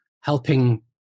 helping